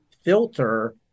filter